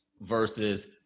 versus